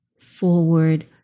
forward